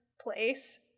place